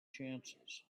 chances